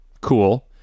cool